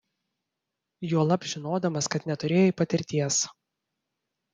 juolab žinodamas kad neturėjai patirties